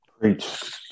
preach